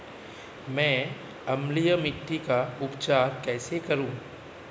मैं अम्लीय मिट्टी का उपचार कैसे करूं?